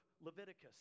Leviticus